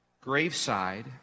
graveside